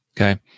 Okay